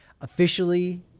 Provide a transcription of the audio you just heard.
officially